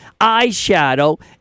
eyeshadow